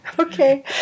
Okay